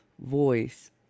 voice